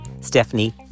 Stephanie